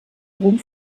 rom